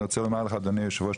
אני רוצה לומר לך אדוני היושב-ראש,